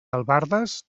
albardes